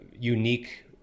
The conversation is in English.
unique